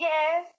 Yes